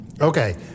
Okay